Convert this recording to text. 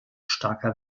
starker